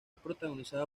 protagonizada